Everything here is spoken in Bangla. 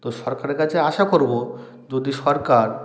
তো সরকারের কছে আশা করব যদি সরকার